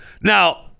Now